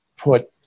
put